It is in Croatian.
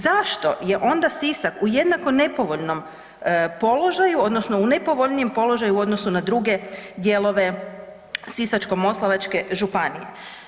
Zašto je onda Sisak u jednako nepovoljnom položaju, odnosno u nepovoljnijem položaju u odnosu na druge dijelove Sisačko-moslavačke županije?